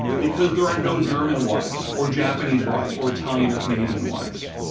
because there are no german y's or japanese y's or italian or canadian y's.